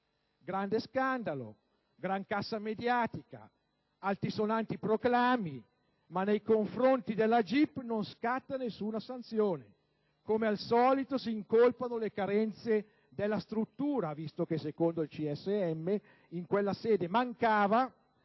Grande scandalo, grancassa mediatica, altisonanti proclami, ma nei confronti della GIP non scatta nessuna sanzione. Come al solito si incolpano le carenze della struttura, visto che, secondo il CSM, in quella sede mancava